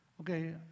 Okay